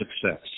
success